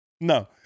no